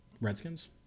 Redskins